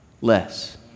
less